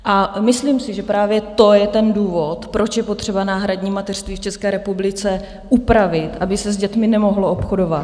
A myslím si, že právě to je ten důvod, proč je potřeba náhradní mateřství v České republice upravit, aby se s dětmi nemohlo obchodovat.